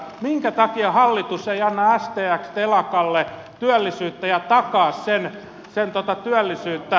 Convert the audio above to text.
minkä takia hallitus ei anna stx telakalle työllisyyttä ja takaa sen työllisyyttä